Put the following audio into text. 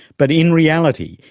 but in reality,